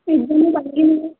একজামো পালেহি নহয়